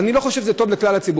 ואני לא חושב שזה טוב לכל הציבורים,